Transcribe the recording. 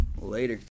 Later